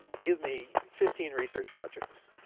give me fifteen research projects,